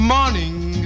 Morning